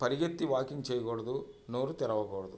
పరిగెత్తి వాకింగ్ చేయకూడదు నోరు తెరవకూడదు